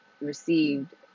received